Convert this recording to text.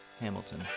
Hamilton